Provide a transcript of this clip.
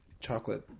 chocolate